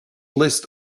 list